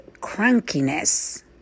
crankiness